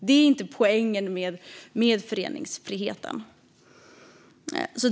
Det är inte poängen med föreningsfriheten.